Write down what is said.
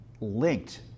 linked